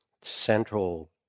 central